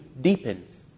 deepens